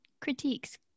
critiques